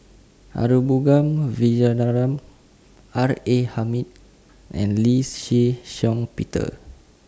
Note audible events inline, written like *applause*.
*unintelligible* R A Hamid and Lee Shih Shiong Peter